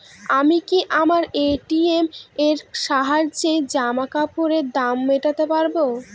আমি কি আমার এ.টি.এম এর সাহায্যে জামাকাপরের দাম মেটাতে পারব?